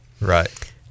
Right